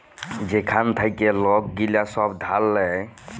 যেখাল থ্যাইকে লক গিলা ছব ধার লেয়